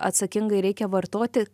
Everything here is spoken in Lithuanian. atsakingai reikia vartoti